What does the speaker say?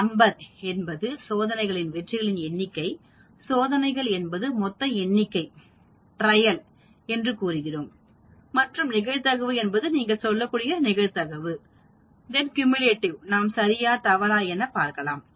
number என்பது சோதனைகளில் வெற்றிகளின் எண்ணிக்கை சோதனைகள் என்பது மொத்த எண்ணிக்கை ட்ரையல் என கூறுகிறோம்மற்றும் நிகழ்தகவு என்பது நீங்கள் சொல்லக்கூடிய நிகழ்தகவு மற்றும் ஒட்டுமொத்தமாகு நாம் சரியா தவறா என்ன பண்ணலாம்